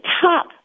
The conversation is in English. top